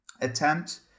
attempt